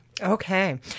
Okay